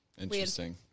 Interesting